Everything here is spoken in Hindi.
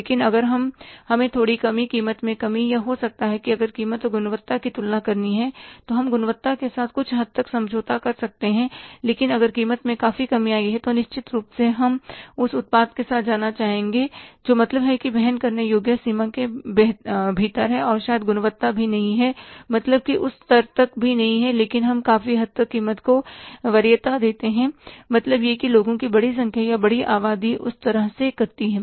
लेकिन अगर हमें थोड़ी कमी कीमत में कमी या हो सकता है कि अगर कीमत और गुणवत्ता की तुलना करनी है तो हम गुणवत्ता के साथ कुछ हद तक समझौता कर सकते हैं लेकिन अगर कीमत में काफी कमी आई है तो निश्चित रूप से हम उस उत्पाद के साथ जाना चाहेंगे जो मतलब की वहन करने योग्य सीमा के भीतर हैं और शायद गुणवत्ता भी नहीं है मतलब की उस स्तर तक भी नहीं है लेकिन हम काफी हद तक कीमत को वरीयता देते हैं मतलब यह है कि लोगों की बड़ी संख्या या बड़ी आबादी है उस तरह से करती है